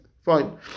Fine